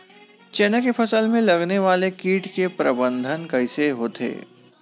चना के फसल में लगने वाला कीट के प्रबंधन कइसे होथे?